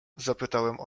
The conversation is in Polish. zapytałem